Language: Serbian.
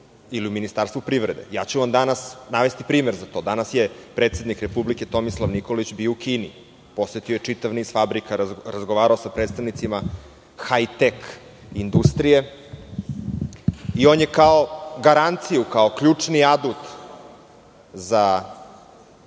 ili u Ministarstvu privrede. Navešću vam danas primer za to. Danas je predsednik Republike Tomislav Nikolić bio u Kini. Posetio je čitav niz fabrika. Razgovarao je sa predstavnicima haj-tek industrije. On je kao garanciju, kao ključni adut za